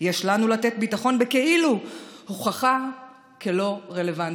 יש לתת לנו ביטחון בכאילו, הוכחה כלא רלוונטית.